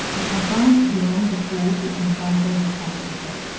and advanced beyond the po to encounter his competitor.